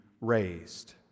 raised